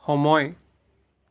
সময়